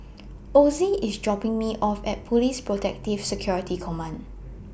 Ozzie IS dropping Me off At Police Protective Security Command